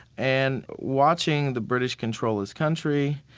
and watching the british control his country,